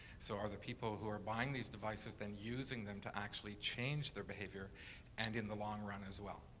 so are the people who are buying these devices then using them to actually change their behaviour and in the long run as well?